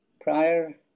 prior